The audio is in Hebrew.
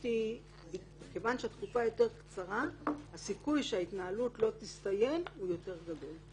כיוון שהתקופה היא יותר קצרה הסיכוי שההתנהלות לא תסתיים הוא יותר גדול.